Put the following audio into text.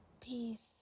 peace